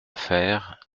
fère